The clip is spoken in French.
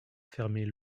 fermer